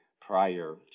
prior